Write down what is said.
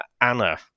Anna